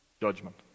judgment